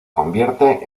convierte